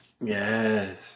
Yes